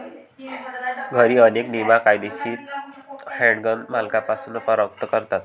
घरी, अनेक नियम कायदेशीर हँडगन मालकीपासून परावृत्त करतात